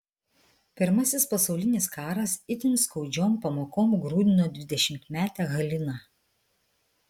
pirmasis pasaulinis karas itin skaudžiom pamokom grūdino dvidešimtmetę haliną